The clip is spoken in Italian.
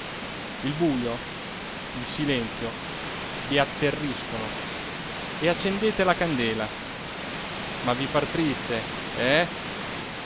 il bujo il silenzio vi atterriscono e accendete la candela ma vi par triste eh